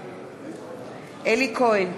בעד אלי כהן,